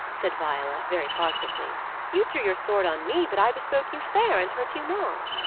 said viola, very positively you drew your sword on me, but i bespoke you fair, and hurt you not.